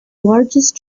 largest